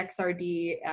XRD